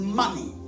money